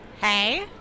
Hey